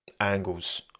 angles